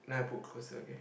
now I put closer okay